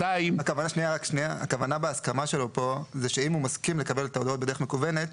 הכוונה בהסכמה שלו כאן היא שאם הוא מסכים לקבל את ההודעות בדרך מקוונת,